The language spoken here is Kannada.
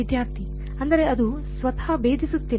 ವಿದ್ಯಾರ್ಥಿ ಅಂದರೆ ಅದು ಸ್ವತಃ ಭೇದಿಸುತ್ತಿಲ್ಲ